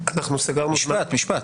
משפט.